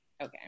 okay